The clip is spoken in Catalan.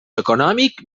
econòmic